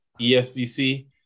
ESBC